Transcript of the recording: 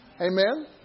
Amen